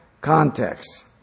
context